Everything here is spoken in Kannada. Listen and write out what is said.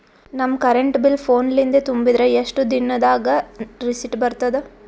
ನಮ್ ಕರೆಂಟ್ ಬಿಲ್ ಫೋನ ಲಿಂದೇ ತುಂಬಿದ್ರ, ಎಷ್ಟ ದಿ ನಮ್ ದಾಗ ರಿಸಿಟ ಬರತದ?